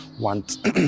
want